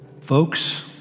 Folks